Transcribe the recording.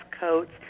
coats